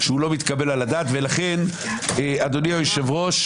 לא קרה כלום מה-13 בפברואר עד ה-5 במרץ.